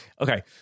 Okay